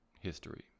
history